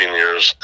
years